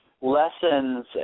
lessons